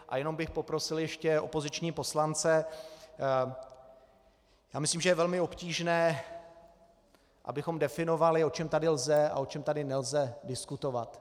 A jenom bych poprosil ještě opoziční poslance já myslím, že je velmi obtížné, abychom definovali, o čem tady lze a o čem tady nelze diskutovat.